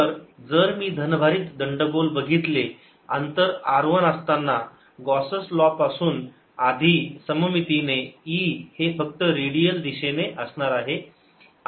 तर जर मी धनभारित दंडगोल बघितले अंतर r 1 असताना गॉस लाँ पासून आधी सममितीने E हे फक्त रेडियल दिशेने असणार आहे